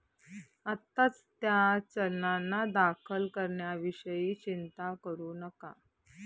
आत्ताच त्या चलनांना दाखल करण्याविषयी चिंता करू नका